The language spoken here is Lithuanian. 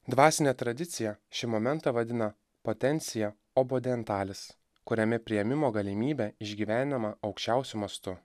dvasinė tradicija šį momentą vadina potencia obodentalis kuriame priėmimo galimybė išgyvenama aukščiausiu mastu